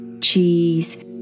cheese